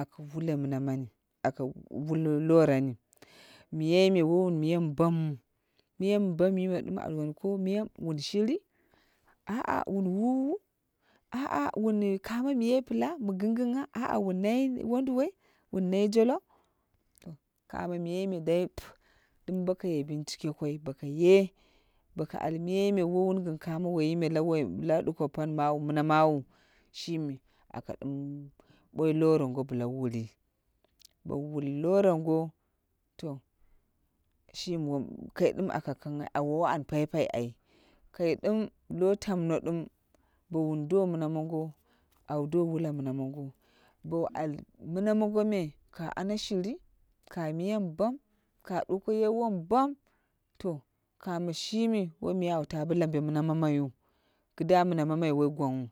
aka wula mina mami. Aka wul lorani. Miyai me wowun miya mi bamwu, miya mi bam me wun shin, a'a wun wuwu a'a wun nai wonduwoi, wun nai jolo kamo miyai me dai dim boko ye bincike koi boko ye boko al miyai me wowun gin kamo woyime la duko pani mina mawu shimi aka dim boi laango bla wu wuli. Bo wul lorango to kai dim a ka kanghai, awiwo an paipai. Kai dim lo tamno bo wun do mina mongo au do wula mina mongo, bon al mina mongo me ka ara shuri. Ka miya mi bam, ka duko ye wom bam. to kamo shimi woi miya au ta bo lambe mima mamaiu. Kida mina mamai woi gwangwu.